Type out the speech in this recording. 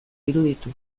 iruditu